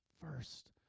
first